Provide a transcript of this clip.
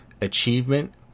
achievement